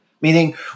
Meaning